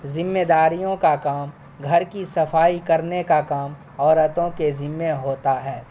ذمےداریوں کا کام گھر کی صفائی کرنے کا کام عورتوں کے ذمے ہوتا ہے